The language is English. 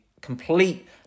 complete